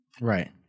right